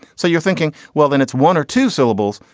so you're thinking, well then it's one or two syllables,